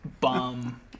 bum